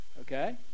Okay